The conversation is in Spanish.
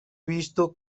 visto